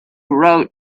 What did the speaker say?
road